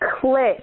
click